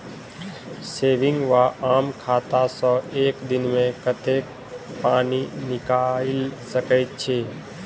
Saving वा आम खाता सँ एक दिनमे कतेक पानि निकाइल सकैत छी?